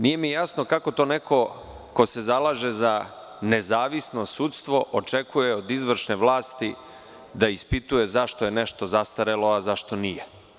Nije mi jasno kako to neko ko se zalaže za nezavisno sudstvo, očekuje od izvršne vlasti da ispituje zašto je nešto zastarelo, a zašto nije.